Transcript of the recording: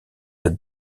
cette